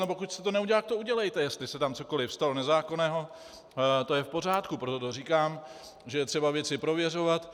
A pokud jste to neudělal, tak to udělejte, jestli se tam cokoli stalo nezákonného, to je v pořádku, proto to říkám, že je třeba věci prověřovat.